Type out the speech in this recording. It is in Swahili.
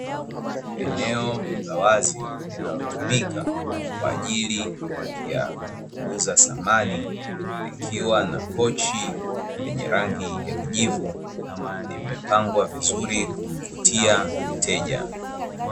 Eneo la wazi linalotumika kwa ajili ya kuuza samani, likiwa na kochi lenye rangi ya kijivu; limepangwa vizuri kumvutia mteja.